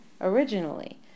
originally